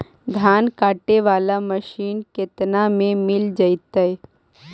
धान काटे वाला मशीन केतना में मिल जैतै?